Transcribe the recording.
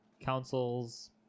council's